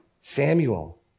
Samuel